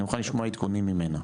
אני מוכן לשמוע עדכונים ממנה,